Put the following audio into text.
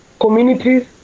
communities